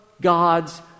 God's